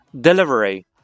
delivery